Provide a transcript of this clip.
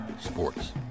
sports